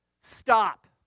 Stop